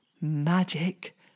magic